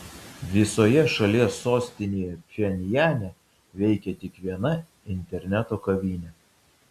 visoje šalies sostinėje pchenjane veikia tik viena interneto kavinė